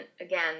Again